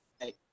Hey